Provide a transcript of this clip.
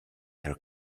her